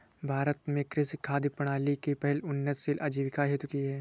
भारत ने कृषि खाद्य प्रणाली की पहल उन्नतशील आजीविका हेतु की